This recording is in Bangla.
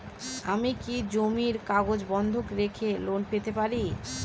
আমি কি জমির কাগজ বন্ধক রেখে লোন পেতে পারি?